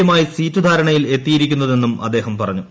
യുമായി സീറ്റുധാരണയിൽ എത്തിയിരിക്കുന്നതെന്നും അദ്ദേഹം പറഞ്ഞു